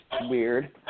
weird